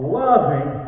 loving